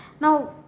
Now